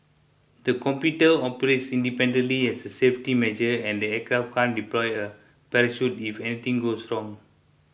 the computers operates independently as a safety measure and the aircraft can deploy a parachute if anything goes wrong